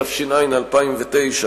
התש"ע 2009,